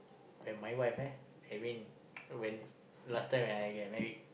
and my wife eh I mean when last time when I get married